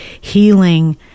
healing